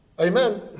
Amen